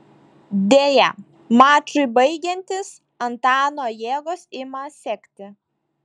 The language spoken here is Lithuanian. deja mačui baigiantis antano jėgos ima sekti